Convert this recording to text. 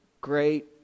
great